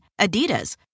Adidas